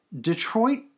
Detroit